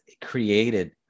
created